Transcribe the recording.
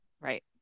Right